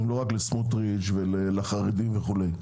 לא רק לסמוטריץ ולחרדים וכו'.